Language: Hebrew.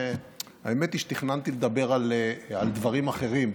האמת היא שתכננתי לדבר על דברים אחרים,